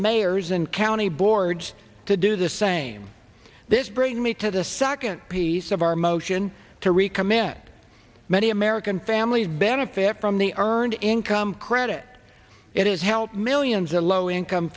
mayors and county boards to do the same this brings me to the second piece of our motion to recommit many american families benefit from the earned income credit it is help millions of low income